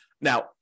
Now